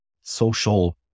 social